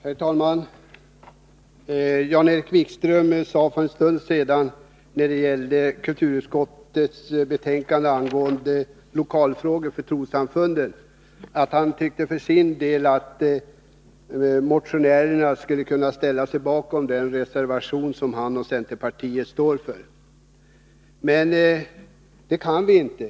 Herr talman! Jan-Erik Wikström sade för en stund sedan, när det gällde kulturutskottets betänkande angående lokalfrågor för trossamfunden, att han tyckte att motionärerna skulle kunna ställa sig bakom den reservation som han och centerpartiet står för. Men det kan vi inte.